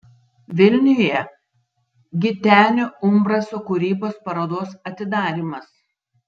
vilniuje gitenio umbraso kūrybos parodos atidarymas